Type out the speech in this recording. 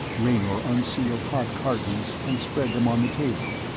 raynor unsealed hot cartons and spread them on the table,